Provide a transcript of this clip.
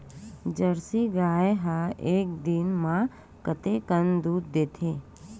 Jersey गाय ह एक दिन म कतेकन दूध देथे?